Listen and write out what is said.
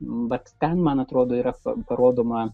vat ten man atrodo yra parodoma